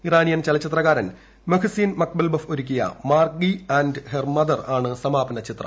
Iranian ചലച്ചിത്രകാരൻ Mohsen Makhmalbaf ഒരുക്കിയ Margi and her mother ആണ് സമാപന ചിത്രം